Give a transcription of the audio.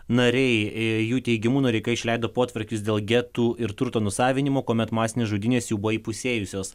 nariai jų teigimu noreika išleido potvarkius dėl getų ir turto nusavinimo kuomet masinės žudynės jau buvo įpusėjusios